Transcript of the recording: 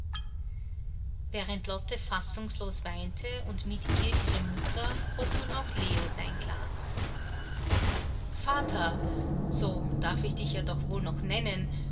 während lotte fassungslos weinte und mit ihr ihre mutter hob nun auch leo sein glas vater so darf ich dich ja doch wohl noch nennen